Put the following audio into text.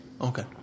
Okay